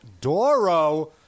doro